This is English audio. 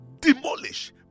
demolish